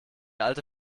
alte